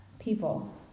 People